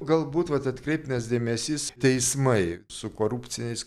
galbūt vat atkreiptinas dėmesys teismai su korupciniais